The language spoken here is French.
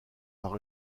par